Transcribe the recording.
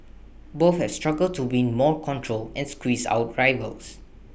both have struggled to win more control and squeeze out rivals